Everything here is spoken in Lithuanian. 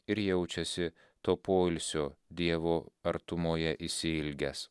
ir jaučiasi to poilsio dievo artumoje išsiilgęs